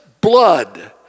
blood